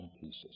pieces